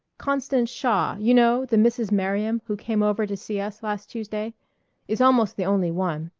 constance shaw you know, the mrs. merriam who came over to see us last tuesday is almost the only one.